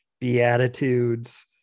beatitudes